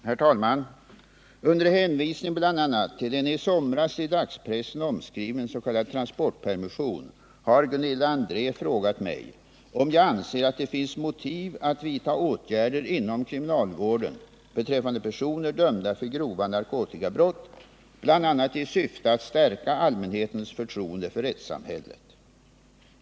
Herr talman! Under hänvisning bl.a. till en i somras i dagspressen omskriven s.k. transportpermission har Gunilla André frågat mig om jag anser att det finns motiv att vidtaga åtgärder inom kriminalvården beträffande personer dömda för grova narkotikabrott, bl.a. i syfte att stärka allmänhetens förtroende för rättssamhället.